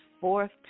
fourth